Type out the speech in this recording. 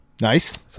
Nice